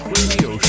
Radio